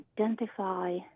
identify